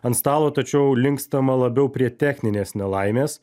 ant stalo tačiau linkstama labiau prie techninės nelaimės